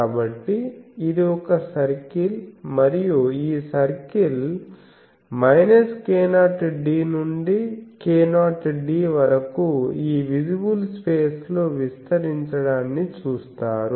కాబట్టి ఇది ఒక సర్కిల్ మరియు ఈ సర్కిల్ k0d నుండి k0d వరకు ఈ విజిబుల్ స్పేస్ లో విస్తరించడాన్ని చూస్తారు